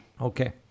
Okay